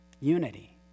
Unity